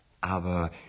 Aber